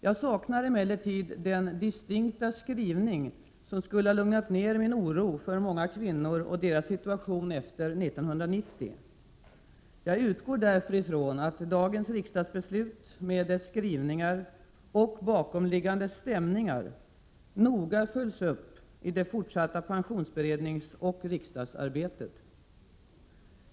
Jag saknar emellertid den distinkta skrivning som skulle ha lugnat min oro för många kvinnor och deras situation efter 1990. Därför utgår jag från att dagens riksdagsbeslut, med dess skrivningar och bakomliggande stämningar, noga följs upp i det fortsatta pensionsberedningsoch riksdagsarbetet.